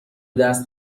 دست